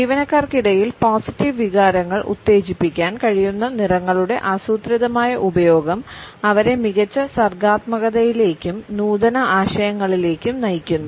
ജീവനക്കാർക്കിടയിൽ positive വികാരങ്ങൾ ഉത്തേജിപ്പിക്കാൻ കഴിയുന്ന നിറങ്ങളുടെ ആസൂത്രിതമായ ഉപയോഗം അവരെ മികച്ച സർഗ്ഗാത്മകതയിലേക്കും നൂതന ആശയങ്ങളിലേക്കും നയിക്കുന്നു